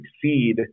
succeed